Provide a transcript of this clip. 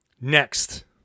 next